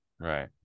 right